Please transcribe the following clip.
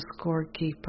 scorekeeper